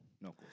No